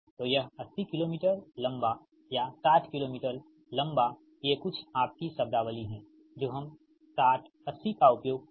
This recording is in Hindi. तो यह 80 KM किलोमीटर लंबा या 60 KM किलो मीटर लंबा ये कुछ आपकी शब्दावली हैं जो हम 60 80 का उपयोग करते हैं